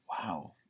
wow